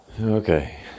Okay